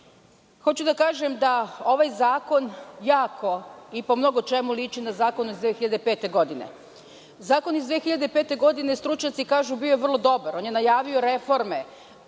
da kažem da ovaj zakon jako i po mnogo čemu liči na zakon iz 2005. godine. Zakon iz 2005. godine, stručnjaci kažu bio je vrlo dobar. On je najavio reforme,